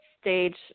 stage